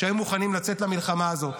שהיו מוכנים לצאת למלחמה הזאת.